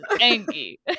angie